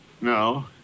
No